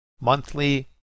monthly